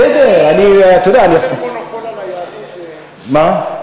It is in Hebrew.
בסדר, אני, אתה יודע, מונופול על היהדות זה מה?